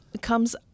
comes